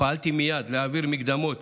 פעלתי מייד להעביר מקדמות